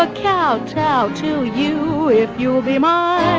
ah kowtow to you if you will be ma.